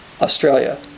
Australia